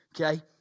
Okay